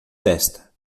testa